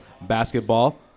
basketball